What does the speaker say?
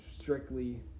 strictly